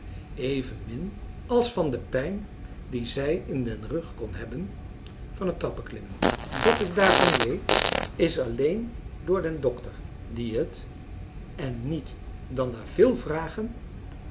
evenmin als van de pijn die zij in den rug kon hebben van het trappenklimmen dat ik daarvan weet is alleen door den dokter die het en niet dan na veel vragen